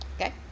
Okay